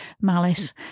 Malice